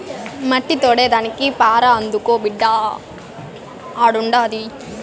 మట్టి తోడేదానికి పార అందుకో బిడ్డా ఆడుండాది